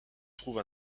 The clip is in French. trouve